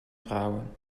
trouwen